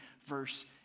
verse